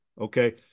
Okay